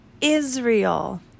Israel